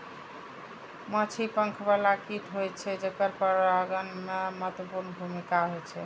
माछी पंख बला कीट होइ छै, जेकर परागण मे महत्वपूर्ण भूमिका होइ छै